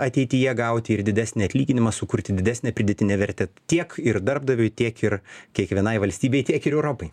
ateityje gauti ir didesnį atlyginimą sukurti didesnę pridėtinę vertę tiek ir darbdaviui tiek ir kiekvienai valstybei tiek ir europai